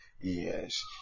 Yes